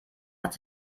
hat